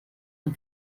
und